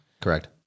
Correct